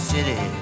City